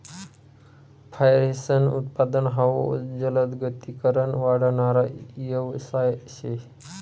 फयेसनं उत्पादन हाउ जलदगतीकन वाढणारा यवसाय शे